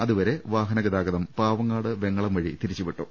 അതുവരെ വാഹനഗതാഗതം പാവങ്ങാട് വെങ്ങളം വഴി തിരിച്ചുവിട്ടു